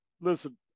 listen